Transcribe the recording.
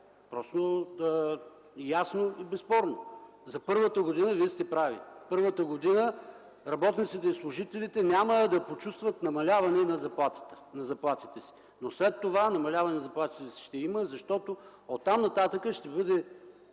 просто, ясно и безспорно. За първата година Вие сте прави – първата година работниците и служителите няма да почувстват намаляване на заплатите си, но след това намаляване на заплатите ще има, защото оттам нататък ще бъдат